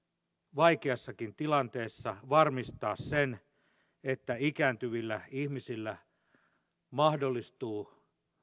vaikeassakin tilanteessa varmistaa sen että ikääntyvillä ihmisillä mahdollistuu